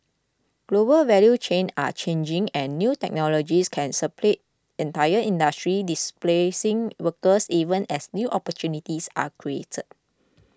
global value chains are changing and new technologies can supplant entire industries displacing workers even as new opportunities are created